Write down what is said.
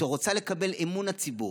שרוצה לקבל את אמון הציבור,